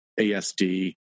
ASD